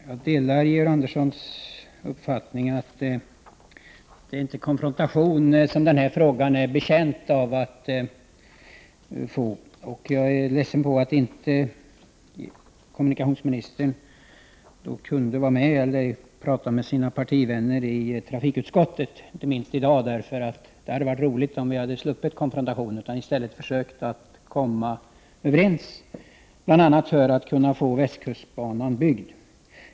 Herr talman! Jag delar Georg Anderssons uppfattning att den här frågan inte är betjänt av konfrontation. Jag är ledsen att kommunikationsministern inte kunde prata med sina partivänner i trafikutskottet— inte minst med tanke på hur det är i dag. Det hade alltså varit bra om vi hade sluppit konfrontation och om vi i stället hade försökt att komma överens, bl.a. för att åstadkomma att västkustbanan blir byggd.